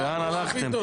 כן, לאן הלכתם?